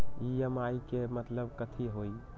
EMI के मतलब कथी होई?